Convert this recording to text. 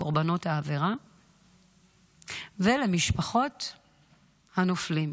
קורבנות העבירה ומשפחות הנופלים.